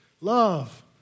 love